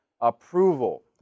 approval